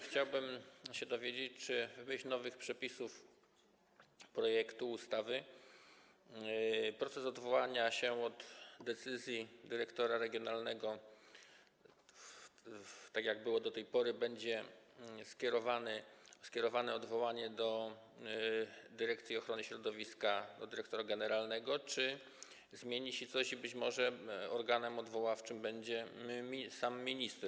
Chciałbym się dowiedzieć: Czy w myśl nowych przepisów projektu ustawy, jeśli chodzi o proces odwołania się od decyzji dyrektora regionalnego, tak jak było do tej pory, będzie skierowane odwołanie do dyrekcji ochrony środowiska, do dyrektora generalnego, czy zmieni się coś i być może organem odwoławczym będzie sam minister?